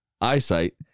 eyesight